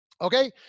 Okay